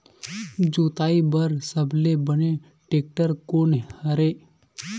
जोताई बर सबले बने टेक्टर कोन हरे?